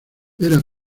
era